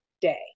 day